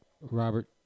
Robert